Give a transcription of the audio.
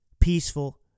peaceful